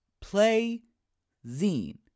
Play-Zine